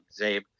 Zabe